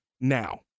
now